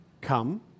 come